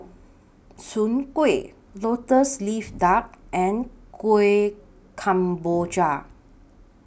Soon Kueh Lotus Leaf Duck and Kueh Kemboja